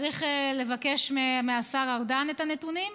צריך לבקש מהשר ארדן את הנתונים.